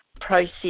process